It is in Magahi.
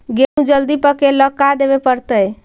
गेहूं जल्दी पके ल का देबे पड़तै?